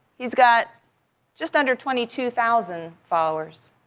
he's got just under twenty two thousand followers.